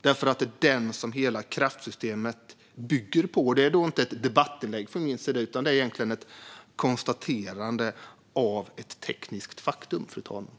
Det är nämligen den som hela kraftsystemet bygger på - och det är inte debattinlägg från min sida utan ett konstaterande av ett tekniskt faktum, fru talman.